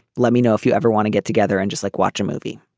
let me know if you ever want to get together and just like watch a movie.